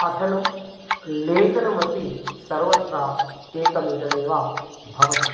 पठनं लेखनमपि सर्वत्र एकमिदमेव भवति